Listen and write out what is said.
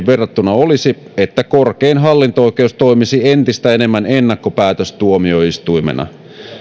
verrattuna olisi että korkein hallinto oikeus toimisi entistä enemmän ennakkopäätöstuomioistuimena